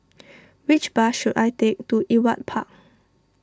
which bus should I take to Ewart Park